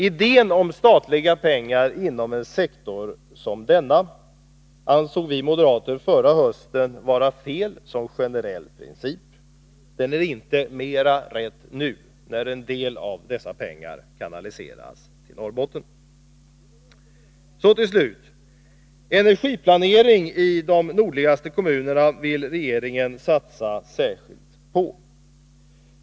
Idén om statliga pengar inom en sektor som denna ansåg vi moderater förra hösten vara felaktig som generell princip. Den är inte mera riktig nu, när en del av dessa pengar kanaliseras till Norrbotten. Så till slut: Regeringen vill satsa särskilt på energiplanering i de nordligaste kommunerna.